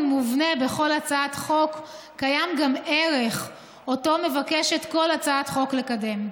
מובנה בכל הצעת חוק קיים גם ערך שכל הצעת חוק מבקשת לקדם.